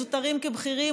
זוטרים כבכירים,